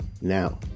now